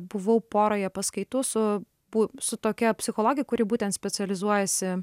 buvau poroje paskaitų su pu su tokia psichologe kuri būtent specializuojasi